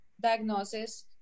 diagnosis